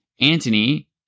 Antony